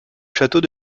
château